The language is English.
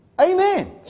Amen